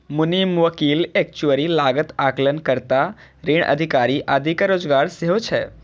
मुनीम, वकील, एक्चुअरी, लागत आकलन कर्ता, ऋण अधिकारी आदिक रोजगार सेहो छै